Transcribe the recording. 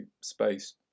space